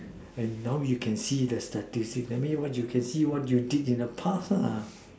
and now you can see the statistic that means that you can see what you did in the past